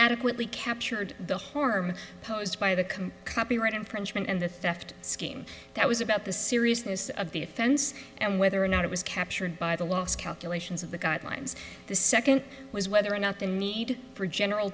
adequately captured the harm posed by the can copyright infringement and the theft scheme that was about the seriousness of the offense and whether or not it was captured by the loss calculations of the guidelines the second was whether or not the need for general